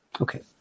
okay